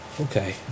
Okay